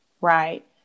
Right